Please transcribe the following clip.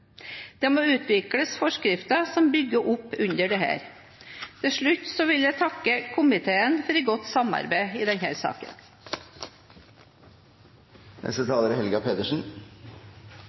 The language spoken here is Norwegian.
Det må utvikles forskrifter som bygger opp under dette. Til slutt vil jeg takke komiteen for et godt samarbeid i denne saken. Jeg tar ordet fordi Arbeiderpartiet ved en inkurie er